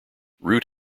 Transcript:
root